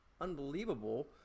unbelievable